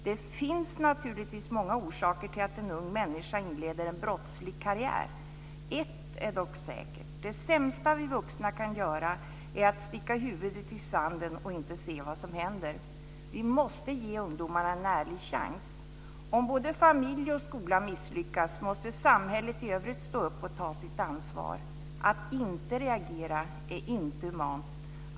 Det finns naturligtvis många orsaker till att en ung människa inleder en brottslig karriär. Ett är dock säkert, det sämsta vi vuxna kan göra är att sticka huvudet i sanden och inte se vad som händer. Vi måste ge ungdomarna en ärlig chans. Om både familj och skola misslyckas måste samhället i övrigt stå upp och ta sitt ansvar. Att inte reagera är inte humant.